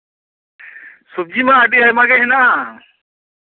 ᱥᱚᱵᱽᱡᱤ ᱢᱟ ᱟᱹᱰᱤ ᱟᱭᱢᱟ ᱜᱮ ᱦᱮᱱᱟᱜᱼᱟ